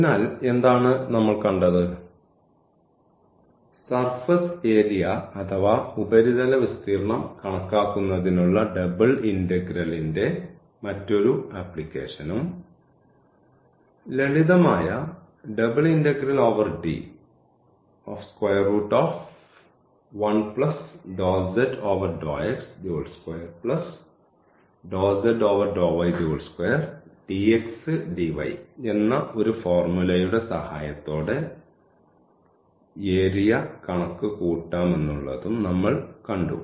അതിനാൽ എന്താണ് നമ്മൾ കണ്ടത് സർഫസ് ഏരിയ അഥവാ ഉപരിതല വിസ്തീർണ്ണം കണക്കാക്കുന്നതിനുള്ള ഡബിൾ ഇന്റഗ്രലിന്റെ മറ്റൊരു ആപ്ലിക്കേഷനും ലളിതമായ എന്ന ഒരു ഫോർമുലയുടെ സഹായത്തോടെ ഏരിയ കണക്കുകൂട്ടാമെന്നുള്ളത് നമ്മൾ കണ്ടു